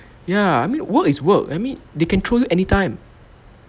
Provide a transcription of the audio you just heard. ya I mean work is work I mean they can throw you anytime